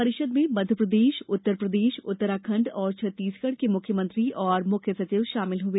परिषद में मध्य प्रदेश उत्तर प्रदेश उत्तराखंड और छत्तीसगढ़ के मुख्यमंत्री और मुख्य सचिव शामिल हुए